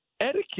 etiquette